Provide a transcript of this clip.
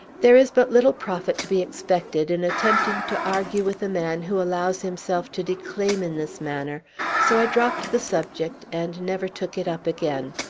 there is but little profit to be expected in attempting to argue with a man who allows himself to declaim in this manner so i dropt the subject, and never took it up again.